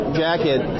jacket